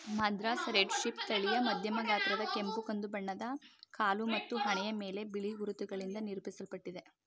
Madras red sheep ತಳಿಯು ಮಧ್ಯಮ ಗಾತ್ರದ ಕೆಂಪು ಕಂದು ಬಣ್ಣದ ಕಾಲು ಮತ್ತು ಹಣೆಯ ಮೇಲೆ ಬಿಳಿ ಗುರುತುಗಳಿಂದ ನಿರೂಪಿಸಲ್ಪಟ್ಟಿದೆ